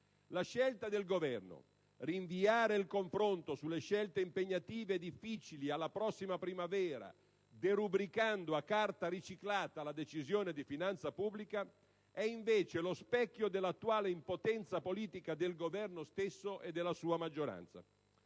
La scelta del Governo - rinviare il confronto sulle scelte impegnative e difficili alla prossima primavera, derubricando a carta riciclata la Decisione di finanza pubblica - è invece lo specchio dell'attuale impotenza politica del Governo stesso e della sua maggioranza.